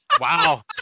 Wow